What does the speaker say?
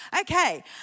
okay